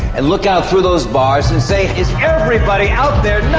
and look out through those bars and say is everybody out there